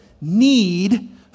need